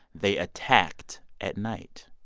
they attacked at night.